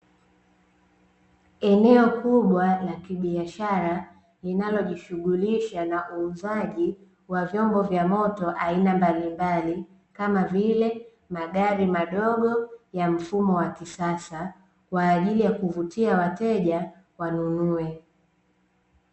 Eneo kubwa la kibiashara linalojishughulisha na uuzaji wa vyombo vya moto aina mbalimbali, kama vile magari madogo ya mfumo wa kisasa kwa ajili ya kuvutia wateja wanunue.